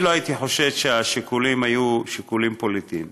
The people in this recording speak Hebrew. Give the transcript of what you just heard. אני לא הייתי חושד שהשיקולים היו שיקולים פוליטיים.